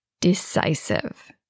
decisive